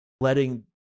letting